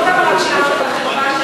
לא רק כמה שילמתם לחברה,